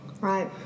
Right